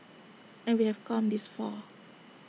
and we have come this far